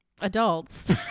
adults